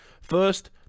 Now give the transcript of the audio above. First